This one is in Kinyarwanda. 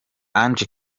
ange